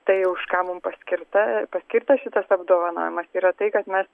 tai už ką mum paskirta paskirtas šitas apdovanojimas yra tai kad mes